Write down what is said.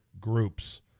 groups